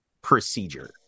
Procedure